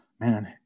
man